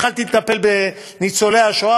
התחלתי לטפל בניצולי השואה,